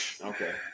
Okay